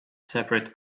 separate